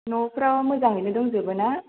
नफ्राव मोजाङैनो दंजोबो ना